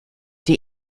die